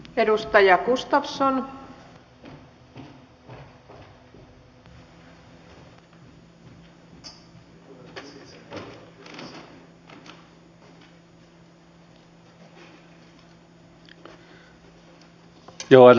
arvoisa rouva puhemies